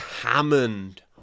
Hammond